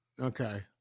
Okay